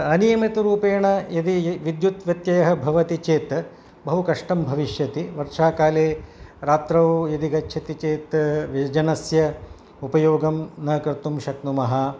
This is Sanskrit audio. अनियमितरूपेण यदि विद्युत् व्यत्ययः भवति चेत् बहुकष्टं भविष्यति वर्षाकाले रात्रौ यदि गच्छति चेत् व्यजनस्य उपयोगं न कर्तुं शक्नुमः